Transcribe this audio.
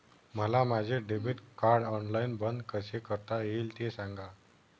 मला माझे debit card online बंद कसे करता येईल, ते सांगा